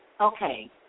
Okay